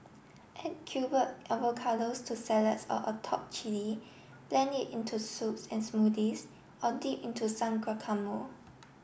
add avocados to salads or atop chilli blend it into soups and smoothies or dip into some guacamole